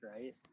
Right